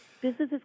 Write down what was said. Businesses